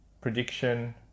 prediction